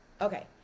okay